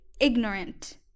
ignorant